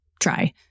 try